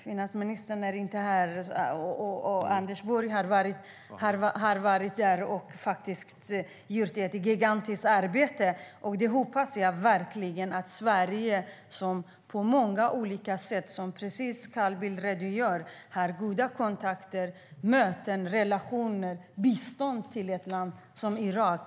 Finansminister Anders Borg är inte i kammaren just nu, men han har varit där och gjort ett gigantiskt arbete. Jag hoppas verkligen att Sverige på många olika sätt, precis som Carl Bildt redogör för, har goda kontakter, möten, relationer och bistånd till ett land som Irak.